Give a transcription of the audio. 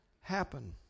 happen